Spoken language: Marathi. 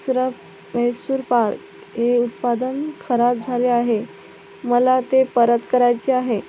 स्रब मैसूरपाक हे उत्पादन खराब झाले आहे मला ते परत करायचे आहे